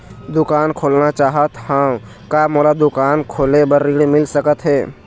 दुकान खोलना चाहत हाव, का मोला दुकान खोले बर ऋण मिल सकत हे?